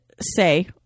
say